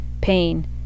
pain